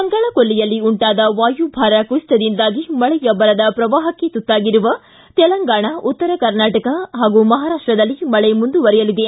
ಬಂಗಾಳಕೊಳ್ಲಿಯಲ್ಲಿ ಉಂಟಾದ ವಾಯುಭಾರ ಕುಸಿತದಿಂದಾಗಿ ಮಳೆಯಬ್ಬರದ ಪ್ರವಾಹಕ್ಕೆ ತುತ್ತಾಗಿರುವ ತೆಲಂಗಾಣ ಉತ್ತರ ಕರ್ನಾಟಕ ಹಾಗೂ ಮಹಾರಾಷ್ಟದಲ್ಲಿ ಮಳೆ ಮುಂದುವರಿಯಲಿದೆ